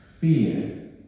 fear